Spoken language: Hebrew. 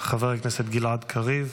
חבר הכנסת גלעד קריב,